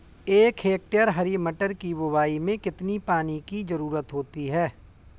एक हेक्टेयर हरी मटर की बुवाई में कितनी पानी की ज़रुरत होती है?